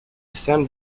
then